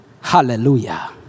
Hallelujah